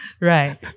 Right